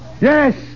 Yes